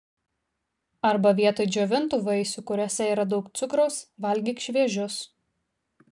arba vietoj džiovintų vaisių kuriuose yra daug cukraus valgyk šviežius